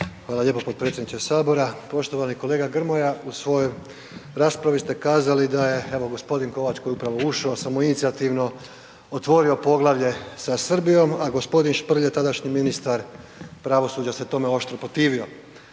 Hvala lijepo potpredsjedniče HS. Poštovani kolega Grmoja, u svojoj raspravi ste kazali da je evo g. Kovač koji je upravo ušao, samoinicijativno otvorio poglavlje sa Srbijom, a g. Šprlje, tadašnji ministar pravosuđa, se tome oštro protivio.